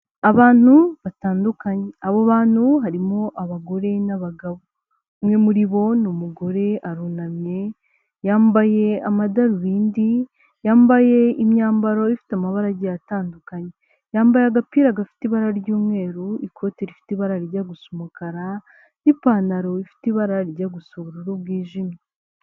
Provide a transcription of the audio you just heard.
Abantu batandukanye, abo bantu harimo abagore n'abagabo; umwe muri bo ni umugore arunamye yambaye amadarubindi yambaye imyambaro ifite amabara agiye atandukanye yambaye agapira gafite ibara ry'umweru, ikoti rifite ibara rijya gusu umukara n'ipantaro ifite ibara rijya gusa ubururu bwijimye.